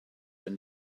when